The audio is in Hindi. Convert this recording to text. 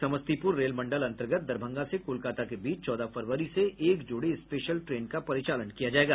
समस्तीपुर रेल मंडल अंतर्गत दरभंगा से कोलकाता के बीच चौदह फरवरी से एक जोड़ी स्पेशल ट्रेन का परिचालन किया जायेगा